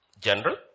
General